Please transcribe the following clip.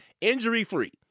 injury-free